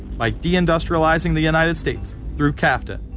by deindustrializating the united states through cafta,